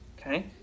Okay